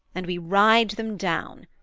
and we ride them down.